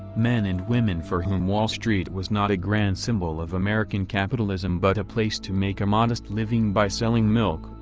men and women for whom wall street was not a grand symbol of american capitalism but a place to make a modest living by selling milk,